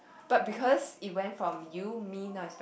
but because it went from you me now is back